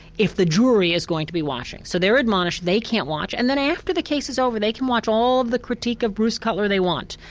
if the jury is going to be watching. so they're admonished they can't watch, and then after the case is over, they can watch all of the critique of bruce cutler they want,